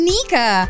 Nika